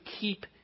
keep